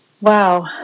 Wow